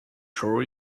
sure